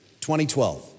2012